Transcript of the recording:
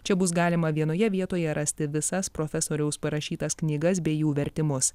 čia bus galima vienoje vietoje rasti visas profesoriaus parašytas knygas bei jų vertimus